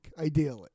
ideally